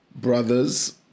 brothers